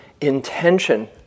intention